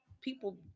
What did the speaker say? people